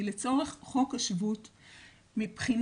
כי לצורך חוק השבות --- רגע,